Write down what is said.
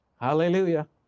hallelujah